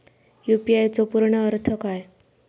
UPI चो पूर्ण अर्थ काय?